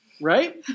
right